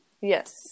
yes